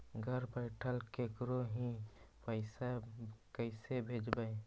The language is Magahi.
घर बैठल केकरो ही पैसा कैसे भेजबइ?